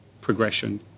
progression